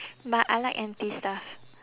but I like empty stuff